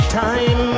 time